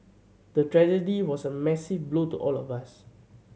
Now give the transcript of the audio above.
the tragedy was a massive blow to all of us